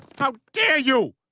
how dare you?